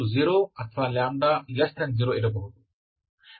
ಆದ್ದರಿಂದ ನಾವು ಈ ಎಲ್ಲಾ ಪ್ರಕರಣಗಳನ್ನು ನೋಡುತ್ತೇವೆ